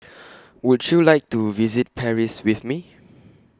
Would YOU like to visit Paris with Me